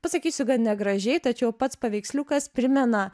pasakysiu gan negražiai tačiau pats paveiksliukas primena